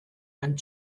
and